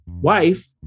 wife